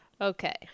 Okay